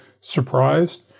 surprised